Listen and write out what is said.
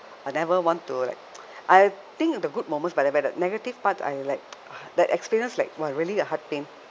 I never want to like I think of the good moments but the but the negative part I like that experience like !wah! really a heartpain